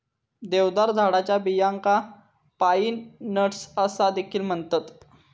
देवदार झाडाच्या बियांका पाईन नट्स असा देखील म्हणतत